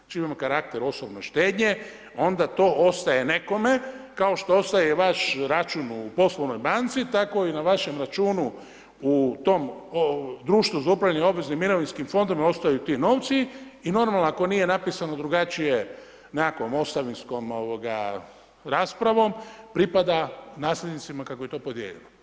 Znači imamo karakter osobne štednje, onda to ostaje nekome kao što ostaje i vaš račun u poslovnoj banci, tako i na vašem računu u tom društvu za upravljanje obveznih mirovinskih fondova ostaju ti novci i normalno, ako nije napisano drugačije nekakvom ostavinskom raspravom, pripada nasljednicima kako je to podijeljeno.